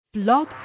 Blog